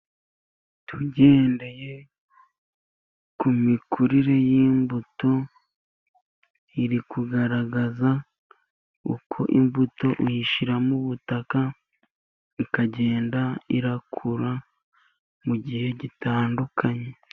Tugendeye ku mikurire y'imbuto ,iri kugaragaza uko imbuto uyishyira mu butaka, ikagenda irakura mu gihe gitandukanye.